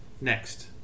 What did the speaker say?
Next